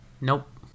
nope